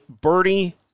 birdie